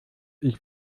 ich